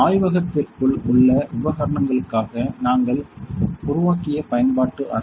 ஆய்வகத்திற்குள் உள்ள உபகரணங்களுக்காக நாங்கள் உருவாக்கிய பயன்பாட்டு அறை